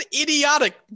idiotic